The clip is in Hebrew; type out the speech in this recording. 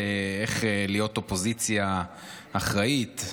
איך להיות אופוזיציה אחראית,